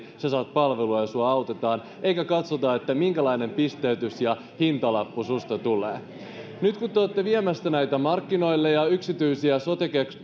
saat palvelua ja sinua autetaan eikä katsota minkälainen pisteytys ja hintalappu sinusta tulee nyt kun te olette viemässä näitä markkinoille ja yksityisiä sote